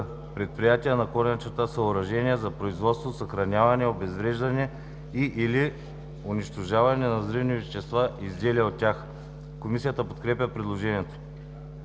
предприятие/съоръжения за производство, съхраняване, обезвреждане и/или унищожаване на взривни вещества и изделия от тях;”. Комисията подкрепя предложението.